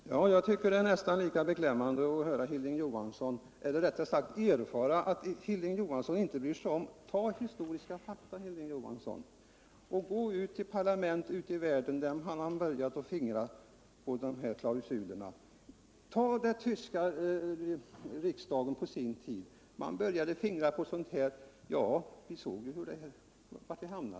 Herr talman! Jag tycker att det är lika beklämmande att notera att Hilding Johansson inte bryr sig om historiska fakta. Se på utländska parlament, där man börjat fingra på sådana här klausuler, exempelvis den tyska riksdagen på sin tid. Vi såg ju vart det barkade hän.